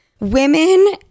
Women